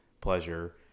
pleasure